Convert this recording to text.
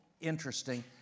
interesting